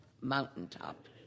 mountaintop